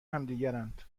همدیگرند